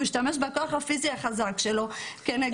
הוא השתמש בכוח הפיזי החזק שלו כנגדי.